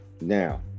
now